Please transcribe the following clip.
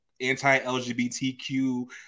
anti-LGBTQ